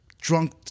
drunk